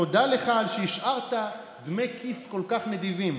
תודה לך על שהשארת דמי כיס כל כך נדיבים.